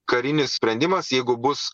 karinis sprendimas jeigu bus